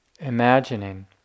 imagining